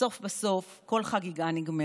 בסוף בסוף כל חגיגה נגמרת,